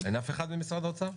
אין אף אחד ממשרד האוצר?